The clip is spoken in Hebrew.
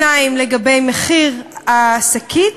2. לגבי מחיר השקית,